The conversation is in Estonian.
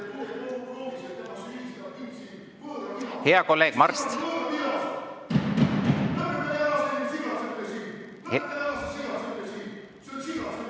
Hea kolleeg Mart!